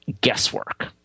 guesswork